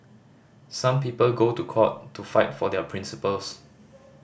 some people go to court to fight for their principles